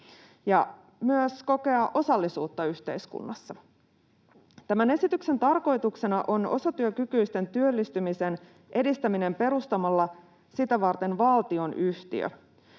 ja myös kokea osallisuutta yhteiskunnassa. Tämän esityksen tarkoituksena on osatyökykyisten työllistymisen edistäminen perustamalla sitä varten valtionyhtiö.